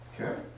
Okay